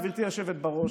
גברתי היושבת בראש,